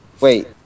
Wait